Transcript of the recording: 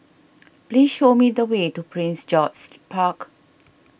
please show me the way to Prince George's Park